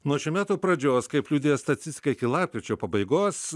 nuo šių metų pradžios kaip liudija statistika iki lapkričio pabaigos